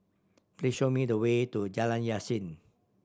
please show me the way to Jalan Yasin